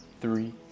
three